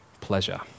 Pleasure